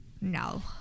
No